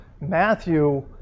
Matthew